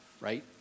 right